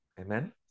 Amen